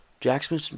Jackson